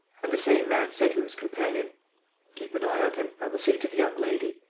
and the same man said to his companion keep an eye on him. i will see to the young lady